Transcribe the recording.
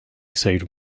saved